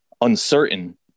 uncertain